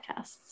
Podcasts